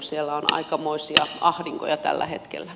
siellä on aikamoisia ahdinkoja tällä hetkellä